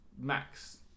max